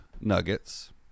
nuggets